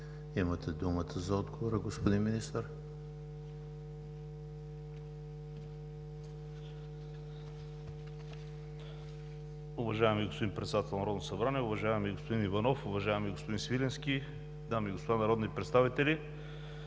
Имате думата за отговор, господин Министър.